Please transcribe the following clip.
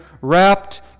wrapped